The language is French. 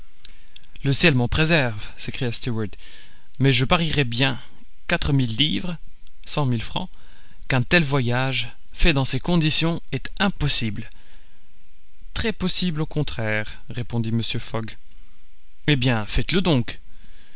le ciel m'en préserve s'écria stuart mais je parierais bien quatre mille livres qu'un tel voyage fait dans ces conditions est impossible très possible au contraire répondit mr fogg eh bien faites-le donc